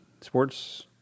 Sports